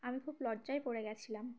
আমি খুব লজ্জায় পড়ে গিয়েছিলাম